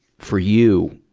for you,